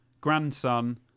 grandson